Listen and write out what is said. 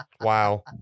Wow